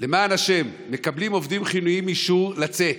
למען השם, עובדים חיוניים מקבלים אישור לצאת,